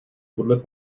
podle